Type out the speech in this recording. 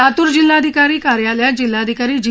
लातूर जिल्हाधिकारी कार्यालयात जिल्हाधिकारी जी